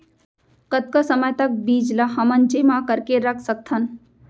कतका समय तक बीज ला हमन जेमा करके रख सकथन?